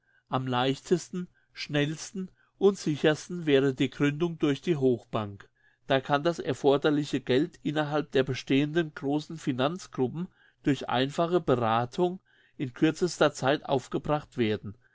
am leichtesten schnellsten und sichersten wäre die gründung durch die hochbank da kann das erforderliche geld innerhalb der bestehenden grossen finanzgruppen durch einfache berathung in kürzester zeit aufgebracht werden